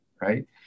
right